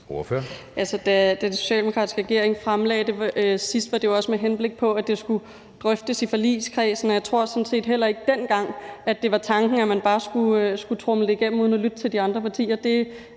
(S): Da den socialdemokratiske regering fremlagde det sidst, var det jo også, med henblik på at det skulle drøftes i forligskredsen. Jeg tror sådan set heller ikke, at det dengang var tanken, at man bare skulle tromle det igennem uden at lytte til de andre partier.